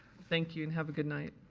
thank you and have a good night.